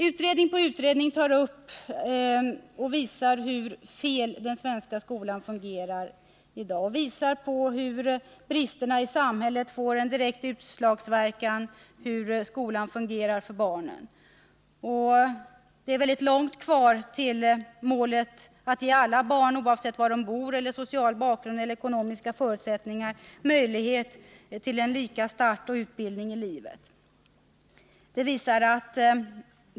Utredning på utredning visar hur dåligt den svenska skolan fungerar i dag och hur bristerna i samhället direkt ger utslag när det gäller barnens möjligheter att få en skola som fungerar. Det är väldigt långt kvar till målet att ge alla barn — oavsett var de bor och oavsett social bakgrund och ekonomiska förutsättningar — möjlighet till lika utbildning och lika start i livet.